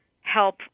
help